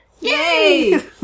Yay